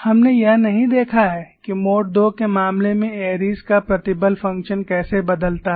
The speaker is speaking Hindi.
हमने यह नहीं देखा है कि मोड II के मामले में एयरी Airy's का प्रतिबल फंक्शन कैसे बदलता है